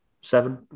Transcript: seven